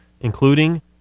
including